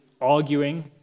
arguing